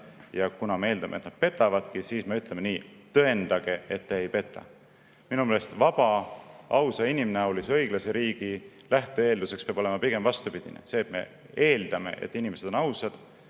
ja kuna me eeldame, et nad petavadki, siis me ütleme nii: tõendage, et te ei peta. Minu meelest vaba, ausa, inimnäolise, õiglase riigi lähte-eelduseks peab olema pigem vastupidine: see, et me eeldame, et inimesed on ausad,